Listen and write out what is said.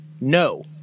No